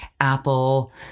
Apple